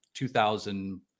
2000